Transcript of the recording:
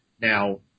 Now